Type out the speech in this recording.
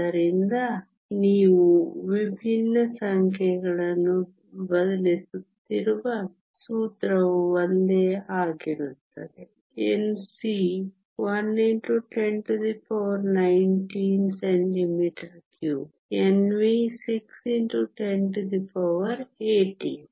ಆದ್ದರಿಂದ ನೀವು ವಿಭಿನ್ನ ಸಂಖ್ಯೆಗಳನ್ನು ಬದಲಿಸುತ್ತಿರುವ ಸೂತ್ರವು ಒಂದೇ ಆಗಿರುತ್ತದೆ Nc 1x1019 cm3 Nv 6 x 1018